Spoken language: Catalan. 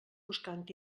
buscant